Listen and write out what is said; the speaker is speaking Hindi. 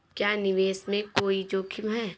क्या निवेश में कोई जोखिम है?